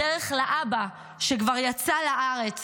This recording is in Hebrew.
בדרך לאבא, שכבר יצא לארץ